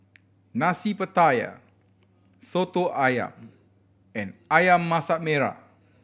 Nasi Pattaya Soto Ayam and Ayam Masak Merah